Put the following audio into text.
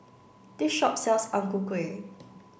this shop sells Ang Ku Kueh